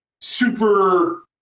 super